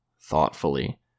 thoughtfully